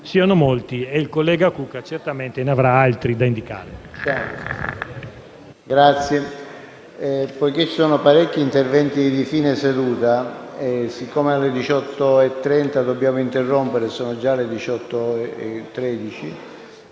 siano molti e il collega Cucca certamente ne avrà altri da indicare.